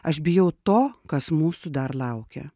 aš bijau to kas mūsų dar laukia